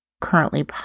currently